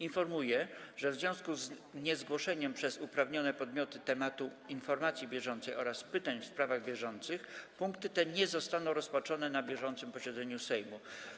Informuję, że w związku z niezgłoszeniem przez uprawnione podmioty tematu informacji bieżącej oraz pytań w sprawach bieżących punkty te nie zostaną rozpatrzone na bieżącym posiedzeniu Sejmu.